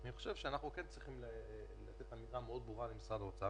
אני חושב שאנחנו כן צריכים לתת אמירה ברורה מאוד למשרד האוצר,